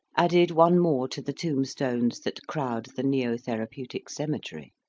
added one more to the tombstones that crowd the neo-therapeutic cemetery